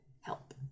help